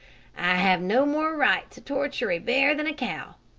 i have no more right to torture a bear than a cow.